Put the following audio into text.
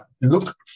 look